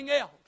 else